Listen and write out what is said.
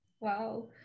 Wow